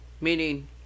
Meaning